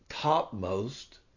topmost